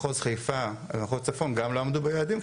מחוז חיפה ומחוז צפון גם לא עמדו ביעדים,